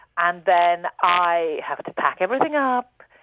and then i have to pack everything up,